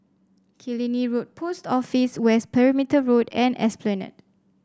Killiney Road Post Office West Perimeter Road and Esplanade